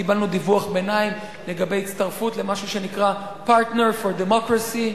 קיבלנו דיווח ביניים לגבי הצטרפות למשהו שנקרא partner for democracy,